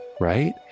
right